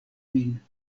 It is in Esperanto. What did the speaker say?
min